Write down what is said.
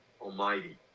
almighty